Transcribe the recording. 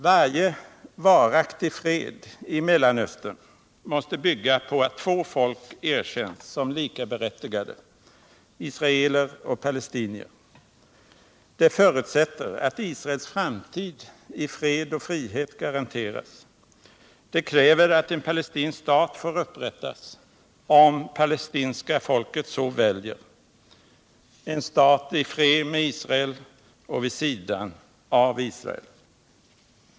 Varje varaktig fred i Mellanöstern måste bygga på att två folk erkänns som likaberättigade: israeler och palestinier. Det förutsätter att Israels framtid i | fred och frihet garanteras. Det kräver att en palestinsk stat får upprättas, om palestinska folket så väljer, en stat i fred med Israel och vid sidan av Israel.